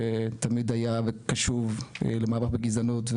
שתמיד היה קשוב למאבק בגזענות,